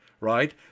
right